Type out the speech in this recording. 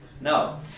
No